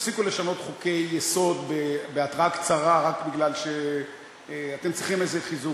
תפסיקו לשנות חוקי-יסוד בהתרעה קצרה רק בגלל שאתם צריכים איזה חיזוק.